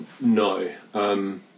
no